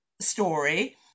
Story